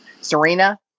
serena